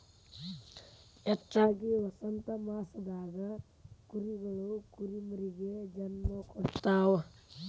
ಹೆಚ್ಚಾಗಿ ವಸಂತಮಾಸದಾಗ ಕುರಿಗಳು ಕುರಿಮರಿಗೆ ಜನ್ಮ ಕೊಡ್ತಾವ